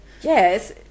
yes